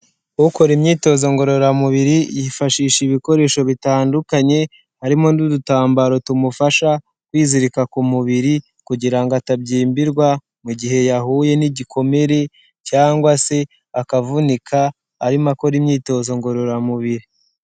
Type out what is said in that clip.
Ukora imyitozo ngororamubiri yifashisha ibikoresho bitandukanye, harimo n'udutambaro tumufasha kwizirika ku mubiri kugira ngo atabyimbirwa mu gihe yahuye n'igikomere cyangwa se akavunika, arimo akora imyitozo ngororamubiri.